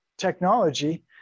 technology